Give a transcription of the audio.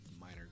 minor